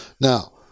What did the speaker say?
Now